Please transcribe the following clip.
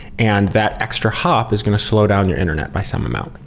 and that extra hop is going to slow down your internet by some amount.